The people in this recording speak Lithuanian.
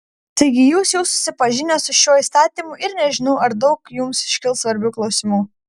taigi jūs jau susipažinę su šiuo įstatymu ir nežinau ar daug jums iškils svarbių klausimų